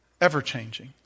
ever-changing